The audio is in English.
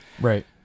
Right